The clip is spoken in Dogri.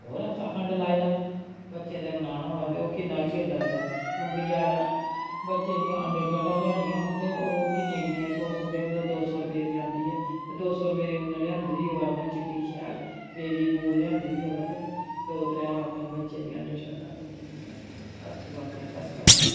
होर हफ्ता खंड लाई लेओ बच्चें दे बनाना होऐ ते किन्ना क चिर लगदा हून बजारा बच्चे दियां अंडर शर्टां लेई औनियां होन ते ओह् किन्नियां किन्नियां सौ सौ डेढ़ दो दो सौ रपेऽ दी औंदी ऐ ते दो सौ रपेऽ दी उन्न लेहांदी दी होऐ अपने चिट्टी शैल बेबी वूल लेहांदी दी होऐ ते दो त्रै अपने बच्चे दियां अंडर शर्टां बनी जंदियां हत्थूं अपने फस्ट कलास